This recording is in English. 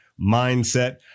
mindset